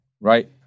right